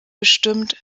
bestimmt